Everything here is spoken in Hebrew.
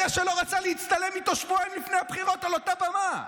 הוא זה שלא רצה להצטלם איתו שבועיים לפני הבחירות על אותה במה,